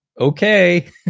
okay